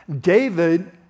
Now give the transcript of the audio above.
David